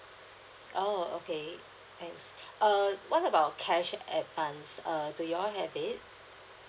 oh okay thanks err what about cash advance err do you all have it